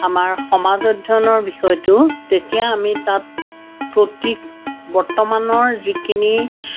আমাৰ সমাজ অধ্যয়নৰ বিষয়টো তেতিয়া আমি তাত প্ৰতিক বৰ্তমানৰ যিখিনি